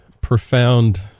profound